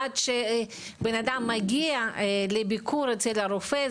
עד שבן-אדם מגיע לביקור אצל הרופא,